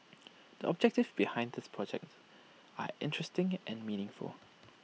the objectives behind this project are interesting and meaningful